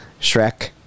Shrek